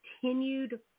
continued